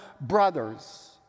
brothers